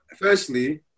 Firstly